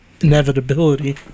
inevitability